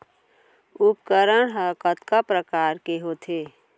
उपकरण हा कतका प्रकार के होथे?